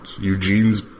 Eugene's